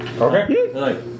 Okay